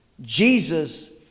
Jesus